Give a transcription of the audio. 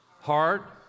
heart